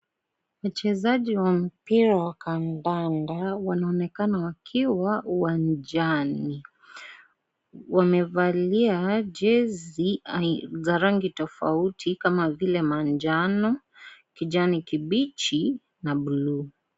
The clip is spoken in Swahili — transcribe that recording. Wachezaji wa mpira wa kandanda wanaonekana wakiwa uwanjani, wamevalia jezi aina za rangi tofauti kama vile manjano, kijanikibichi na bluu.